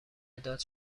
مداد